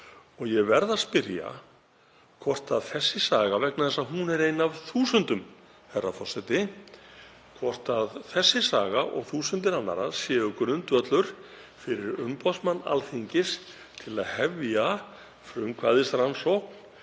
Og ég verð að spyrja hvort þessi saga, vegna þess að hún er ein af þúsundum, herra forseti, og þúsundir annarra séu grundvöllur fyrir umboðsmann Alþingis til að hefja frumkvæðisrannsókn